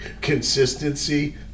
consistency